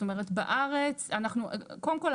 קודם כל,